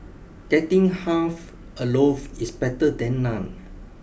getting half a loaf is better than none